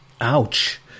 Ouch